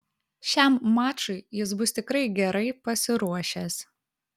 šiam mačui jis bus tikrai gerai pasiruošęs